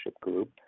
Group